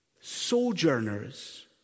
sojourners